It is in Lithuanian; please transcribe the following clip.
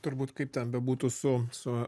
turbūt kaip ten bebūtų su su